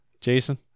Jason